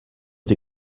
die